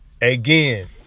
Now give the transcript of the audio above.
again